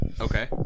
Okay